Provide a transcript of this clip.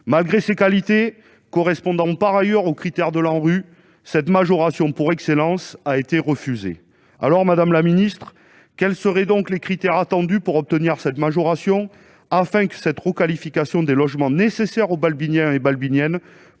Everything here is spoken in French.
Malgré ces qualités, qui correspondent par ailleurs aux critères de l'ANRU, cette majoration pour excellence a été refusée. Madame la ministre, quels seraient donc les critères attendus pour obtenir cette majoration, afin que cette requalification des logements nécessaire aux Balbyniens et Balbyniennes